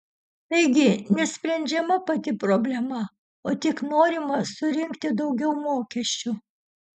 taigi nesprendžiama pati problema o tik norima surinkti daugiau mokesčių